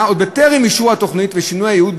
עוד בטרם אישור התוכנית ושינוי הייעוד,